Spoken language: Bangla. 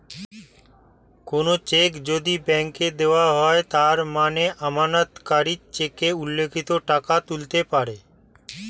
কোনো চেক যদি ব্যাংকে দেওয়া হয় তার মানে আমানতকারী চেকে উল্লিখিত টাকা তুলতে পারে